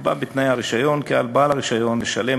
יקבע בתנאי הרישיון כי על בעל הרישיון לשלם